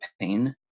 pain